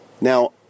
Now